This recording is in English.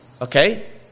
Okay